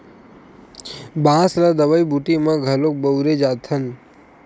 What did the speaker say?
बांस ल दवई बूटी म घलोक बउरे जाथन